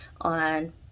on